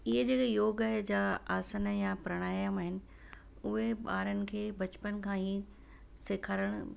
इअं जेके योगा जा आसन या प्रणायाम आहिनि उहे ॿारनि खे बचपन खां ई सेखारण